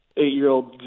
eight-year-old